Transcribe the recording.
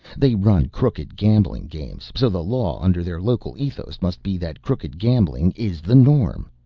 they run crooked gambling games, so the law under their local ethos must be that crooked gambling is the norm.